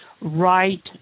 Right